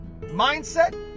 mindset